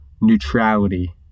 neutrality